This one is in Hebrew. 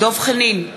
דב חנין,